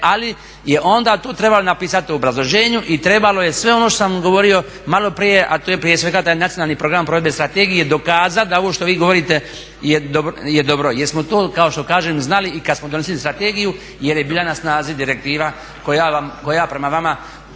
ali je onda tu trebalo napisati u obrazloženju i trebalo je sve ono što sam govorio maloprije, a to je prije svega da je Nacionalni program provedbe strategije dokazao da ovo što vi govorite je dobro. Jer smo to kao što kažem znali i kad smo donosili strategiju jer je bila na snazi direktiva koja prema vama